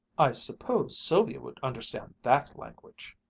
i suppose sylvia would understand that language.